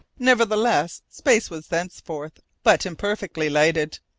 nevertheless, space was thenceforth but imperfectly lighted.